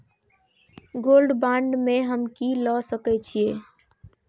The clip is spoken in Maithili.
गोल्ड बांड में हम की ल सकै छियै?